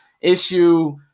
issue